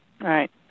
Right